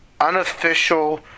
unofficial